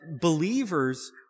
believers